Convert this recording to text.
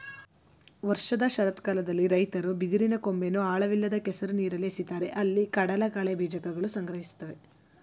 ವರ್ಷದ ಶರತ್ಕಾಲದಲ್ಲಿ ರೈತರು ಬಿದಿರಿನ ಕೊಂಬೆಯನ್ನು ಆಳವಿಲ್ಲದ ಕೆಸರು ನೀರಲ್ಲಿ ಎಸಿತಾರೆ ಅಲ್ಲಿ ಕಡಲಕಳೆ ಬೀಜಕಗಳು ಸಂಗ್ರಹಿಸ್ತವೆ